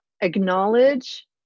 acknowledge